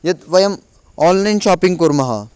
यत् वयम् online shopping कुर्मः